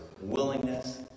willingness